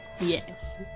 yes